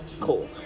cool